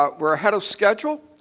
ah we're ahead of schedule,